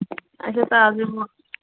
اَچھا تازٕ